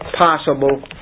possible